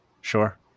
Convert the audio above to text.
Sure